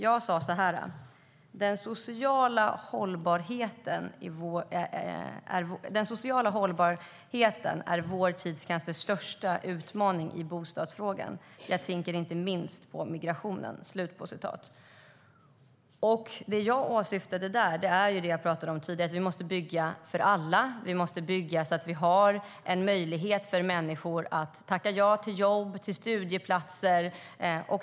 Jag sa så här: "Den sociala hållbarheten är vår tids kanske största utmaning i bostadsfrågan. Jag tänker inte minst på migrationen. "Det jag åsyftade var att vi måste bygga för alla. Vi måste bygga så att människor har möjlighet att tacka ja till jobb och till studieplatser.